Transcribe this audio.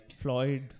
Floyd